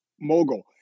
mogul